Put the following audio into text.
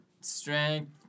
Strength